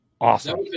awesome